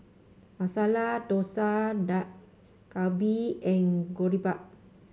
Masala Dosa Dak Galbi and Boribap